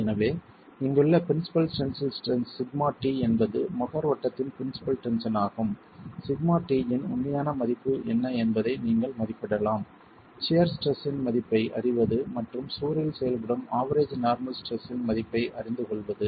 எனவே இங்குள்ள principal tensile stress σt என்பது மோஹ்ர் வட்டத்தின் பிரின்சிபல் டென்ஷன் ஆகும் σt இன் உண்மையான மதிப்பு என்ன என்பதை நீங்கள் மதிப்பிடலாம் சியர் ஸ்ட்ரெஸ் இன் மதிப்பை அறிவது மற்றும் சுவரில் செயல்படும் ஆவெரேஜ் நார்மல் ஸ்ட்ரெஸ் இன் மதிப்பை அறிந்து கொள்வது